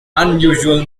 unusual